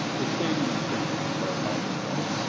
they stayed in the kitchen, as far as i could tell.